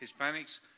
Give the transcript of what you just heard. Hispanics